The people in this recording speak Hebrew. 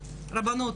הרבנות,